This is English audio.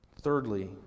Thirdly